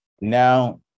Now